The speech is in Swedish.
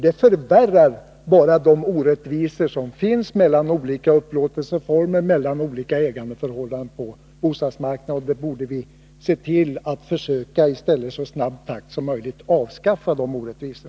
I annat fall skulle de orättvisor som finns mellan olika upplåtelseformer och ägandeförhållanden på bostadsmarknaden förvärras. I stället borde vi försöka att i så snabb takt som möjligt avskaffa dessa orättvisor.